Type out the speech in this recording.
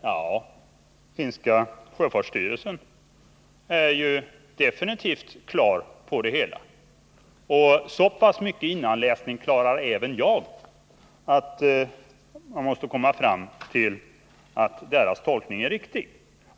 Ja, finska sjöfartsverket är definitivt på det klara med hur det ligger till. Så pass mycket innanläsning klarar även jag att jag förstår att det inte råder några tvivel om att deras tolkning är riktig.